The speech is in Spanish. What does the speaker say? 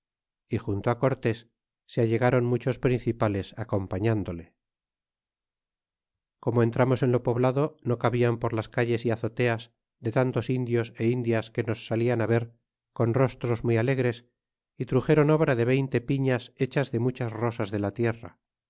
y junto cortés se allegáron muchos principales acompañándole y como entramos en lo poblado no cabian por las calles y azoteas de tantos indios é indias que nos salían á ver con rostros muy alegres y truxeron obra de veinte piñas hechas de muchas rosas de la tierra